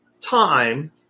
time